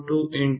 97 3